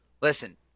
Listen